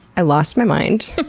i lost my mind.